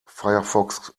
firefox